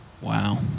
wow